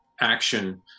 action